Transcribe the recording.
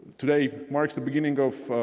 today marks the beginning of